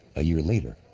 a year later,